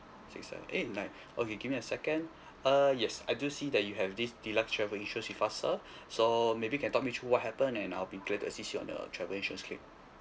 six seven eight nine okay give me a second uh yes I do see that you have this deluxe travel insurance with us sir so maybe can talk me through what happened and I'll be glad to assist you on the travel insurance claim